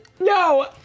No